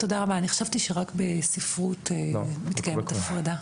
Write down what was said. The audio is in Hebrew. תודה רבה, אני חשבתי שרק בספרות מתקיימת הפרדה.